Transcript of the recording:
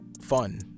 fun